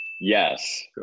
Yes